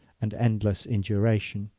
and endless in duration!